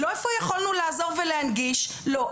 לא איפה יכולנו לעזור ולהנגיש לא.